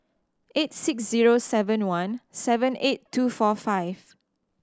eight six zero seven one seven eight two four five